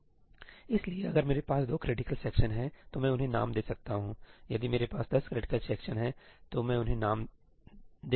इसलिए अगर मेरे पास दो क्रिटिकल सेक्शन हैं तो मैं उन्हें नाम दे सकता हूं सही यदि मेरे पास दस क्रिटिकल सेक्शन हैं तो मैं उन्हें नाम दे सकता हूं